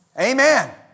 Amen